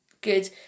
good